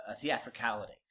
theatricality